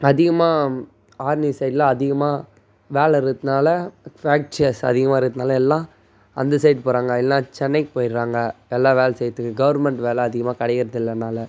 அதிகமாக ஆர்மி சைடில் அதிகமாக வேலை இருக்கறதுனால ஃபேக்ச்சர்ஸ் அதிகமாக இருக்கறதுனால எல்லாம் அந்த சைட் போகிறாங்க இல்லைன்னா சென்னைக்கு போயிடுறாங்க எல்லா வேலை செய்றதுக்கு கவர்மெண்ட் வேலை அதிகமாக கெடைக்கிறதில்லன்றனால